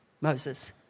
Moses